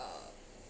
uh